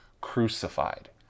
crucified